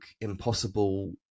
impossible